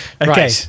Okay